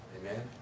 Amen